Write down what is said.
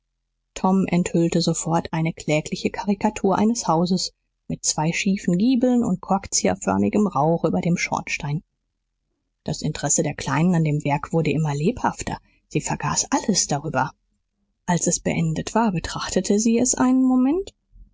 tom enthüllte sofort eine klägliche karikatur eines hauses mit zwei schiefen giebeln und korkzieherförmigem rauch über dem schornstein das interesse der kleinen an dem werk wurde immer lebhafter sie vergaß alles darüber als es beendet war betrachtete sie es einen moment